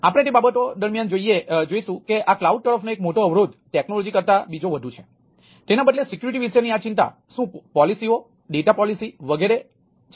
આપણે તે બાબતો દરમિયાન જોઈશું કે આ કલાઉડ તરફનો એક મોટો અવરોધ ટેકનોલોજી કરતાં બીજો વધુ છે તેના બદલે સિક્યુરિટી વિશેની આ ચિંતા શું પોલિસીઓ ડેટા પોલિસી વગેરે વગેરે છે